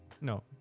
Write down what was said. No